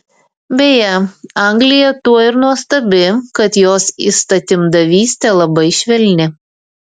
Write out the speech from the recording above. beje anglija tuo ir nuostabi kad jos įstatymdavystė labai švelni